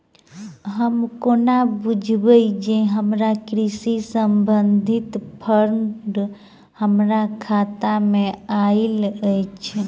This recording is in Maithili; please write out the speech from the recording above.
हम कोना बुझबै जे हमरा कृषि संबंधित फंड हम्मर खाता मे आइल अछि?